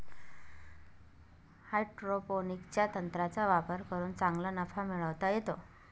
हायड्रोपोनिक्सच्या तंत्राचा वापर करून चांगला नफा मिळवता येतो